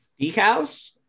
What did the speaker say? decals